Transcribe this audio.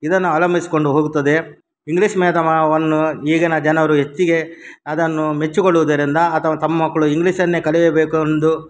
ಇದನ್ನು ಅವಲಂಬಿಸ್ಕೊಂಡು ಹೋಗುತ್ತದೆ ಇಂಗ್ಲೀಷ್ ಮಾಧ್ಯಮವನ್ನು ಈಗಿನ ಜನರು ಹೆಚ್ಚಿಗೆ ಅದನ್ನು ಮೆಚ್ಚಿಗೊಳ್ಳುವುದರಿಂದ ಅಥವಾ ತಮ್ಮ ಮಕ್ಕಳು ಇಂಗ್ಲೀಷನ್ನೇ ಕಲಿಯಬೇಕು ಅಂದು